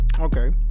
Okay